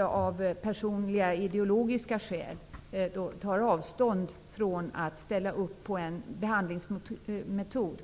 av personliga, ideologiska skäl tar avstånd från en behandlingsmetod.